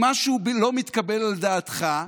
אם משהו לא מתקבל על דעתך,